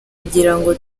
kugirango